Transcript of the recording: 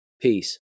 Peace